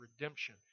redemption